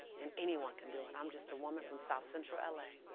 and anyone can do it. i'm just a woman from south central la,